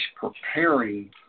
preparing